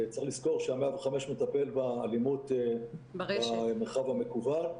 צריך לזכור ש-105 מטפל באלימות במרחב המקוון.